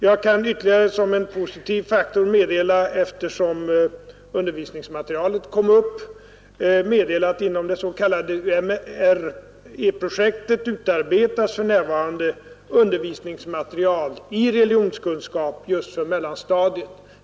Jag kan, eftersom frågan om undervisningsmaterialet kommit upp, såsom en positiv faktor ytterligare meddela att inom det s.k. UMReprojektet f. n. utarbetas undervisningsmaterial i religionskunskap just för mellanstadiet.